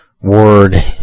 word